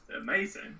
amazing